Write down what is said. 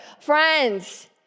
Friends